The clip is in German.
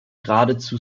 geradezu